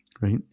right